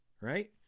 right